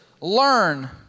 learn